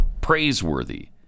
praiseworthy